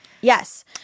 yes